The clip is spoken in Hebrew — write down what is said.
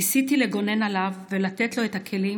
ניסיתי לגונן עליו ולתת לו את הכלים